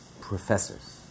professors